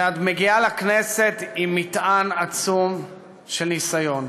את מגיעה לכנסת עם מטען עצום של ניסיון,